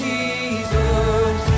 Jesus